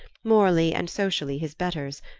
morally and socially his betters,